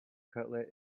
cutlet